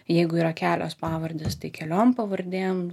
jeigu yra kelios pavardės tai keliom pavardėm